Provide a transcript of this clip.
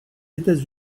états